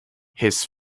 his